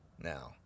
now